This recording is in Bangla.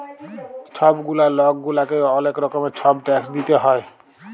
ছব গুলা লক গুলাকে অলেক রকমের ছব ট্যাক্স দিইতে হ্যয়